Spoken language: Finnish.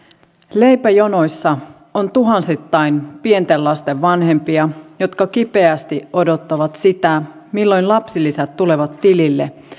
leipäjonoissa on tuhansittain pienten lasten vanhempia jotka kipeästi odottavat sitä milloin lapsilisät tulevat tilille